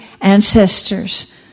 ancestors